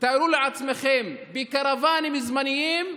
תארו לעצמכם, בקרוואנים זמניים,